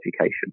education